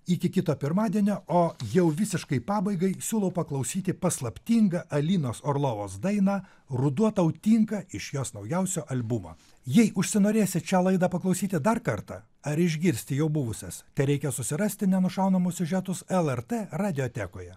iki kito pirmadienio o jau visiškai pabaigai siūlau paklausyti paslaptingą alinos orlovos dainą ruduo tau tinka iš jos naujausio albumo jei užsinorėsit šią laidą paklausyti dar kartą ar išgirsti jau buvusias tereikia susirasti nenušaunamus siužetus lrt radiotekoje